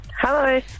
Hello